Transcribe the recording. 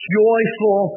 joyful